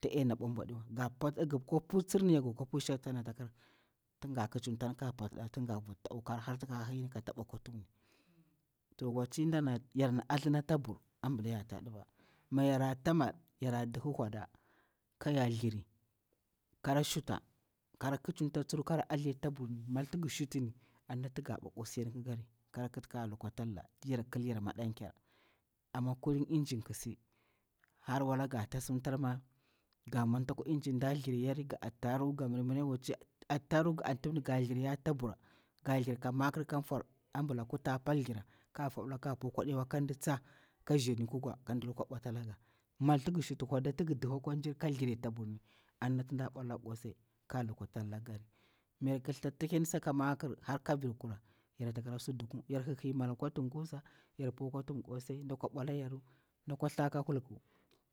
Taɗena bwa bwa diwa, nga kwa puntsiani nga kwa pu shentang tin ga kicim ta, kara pakti nda tin ga vut ata nwu akwa hahi kara harta kata bwa. Toh watahi yarna hatha ata bur ampila yar ta ɗiva, ma yara ta'a mal yarna ɗihi wada kayar thliri ka yar shuta kara kicimta tsir kara athli ata burni, mal ta ngi shutini anti nga bwati kosai ƙikari. Kara kiti kara lukwa talla, ti yar ƙil yar maɗanker, amma kulin inji ƙi si har wala nga tasimtar na ga mwanti akwa injin kan thiri nya attaruhu ga antim, wacci ga attaruhun ge mirimiri ga thirari ata bur ga thir ka makir ka fwar abila kuta pal thira ka puwa akwa ɗewa, kan tsaka nzani kiɗilu kwa ɓwata laga. Mal ti ngi thiri wada ka shuti ngini tingi dihbi akwa njim ka thri ata burni anti nɗa bwata linga ƙosai ni kikari. Mi yarƙi thoti ata heni tun saka makir har ka rir kura yara ta kira su ɗuku, yar hihi mal akwa tunkusa, yar po akwa tuhum kosai da kwa bwala yaru, ɗakwa thar ka ɦulku